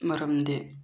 ꯃꯔꯝꯗꯤ